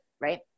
Right